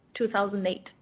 2008